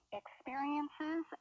experiences